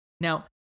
Now